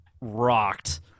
rocked